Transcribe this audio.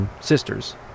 Sisters